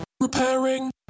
repairing